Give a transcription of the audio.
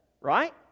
right